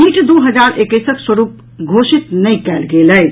NEET दू हजार एकैसक स्वरूप घोषित नहि कयल गेल अछि